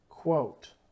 Quote